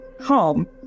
home